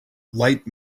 light